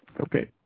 Okay